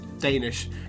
Danish